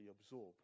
absorb